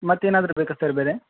ಮತ್ತು ಏನಾದರೂ ಬೇಕಾ ಸರ್ ಬೇರೆ